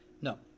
no